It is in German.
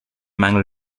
mangel